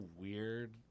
weird